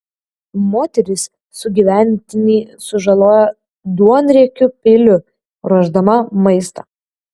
moteris sugyventinį sužalojo duonriekiu peiliu ruošdama maistą